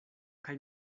kaj